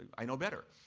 i know better.